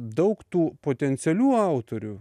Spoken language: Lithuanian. daug tų potencialių autorių